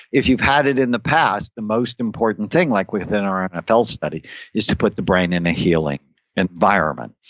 if you've had it in the past, the most important thing like we've been around nfl study is to put the brain in the healing environment.